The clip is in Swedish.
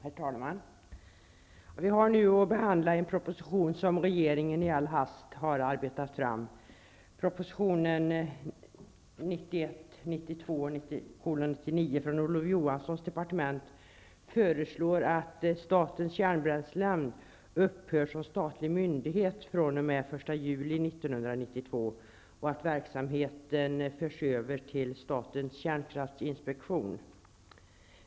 Herr talman! Vi har nu att behandla en proposition som regeringen i all hast har arbetat fram. Johanssons departement, i vilken det föreslås att statens kärnbränslenämnd upphör som statlig myndighet den 1 juli 1992 och att verksamheten förs över till statens kärnkraftsinspektion.